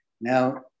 Now